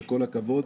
כל הכבוד,